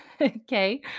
okay